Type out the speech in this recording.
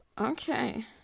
Okay